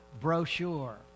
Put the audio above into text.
brochure